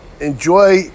enjoy